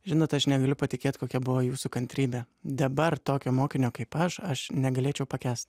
žinot aš negaliu patikėt kokia buvo jūsų kantrybė dabar tokio mokinio kaip aš aš negalėčiau pakęst